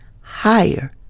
higher